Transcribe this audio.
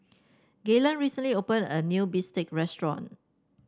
Gaylen recently opened a new bistake restaurant